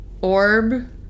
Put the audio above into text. orb